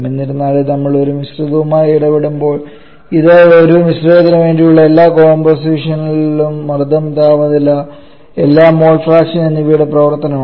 എന്നിരുന്നാലും നമ്മൾ ഒരു മിശ്രിതവുമായി ഇടപെടുമ്പോൾ ഇത് ഒരു മിശ്രിതത്തിന് വേണ്ടിയുള്ള എല്ലാ കോമ്പോസിഷനുകളുടെയും മർദ്ദം താപനില എല്ലാ മോൾ ഫ്രാക്ഷൻ എന്നിവയുടെ പ്രവർത്തനമാണ്